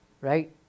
Right